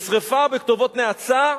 בשרפה, בכתובות נאצה?